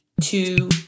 two